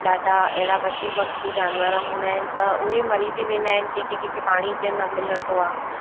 ॾाढा अहिड़ा पशू पक्षी जानवर हूंदा आहिनि त उहे मरी बि वेंदा आहिनि कंहिंखें कंहिंखें पाणी जीअं न मिलंदो आहे